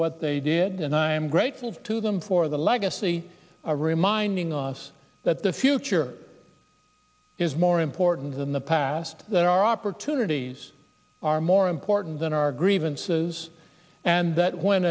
what they did and i am grateful to them for the legacy reminding us that the future is more important than the past that our opportunities are more important than our grievances and that when